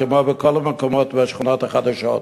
כמו בכל השכונות החדשות.